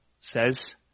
says